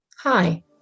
Hi